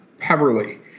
Peverly